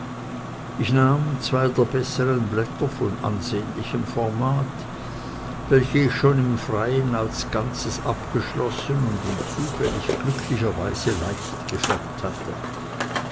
ich nahm zwei der besseren blätter von ansehnlichem format welche ich schon im freien als ganzes abgeschlossen und in zufällig glücklicher weise leicht gefärbt hatte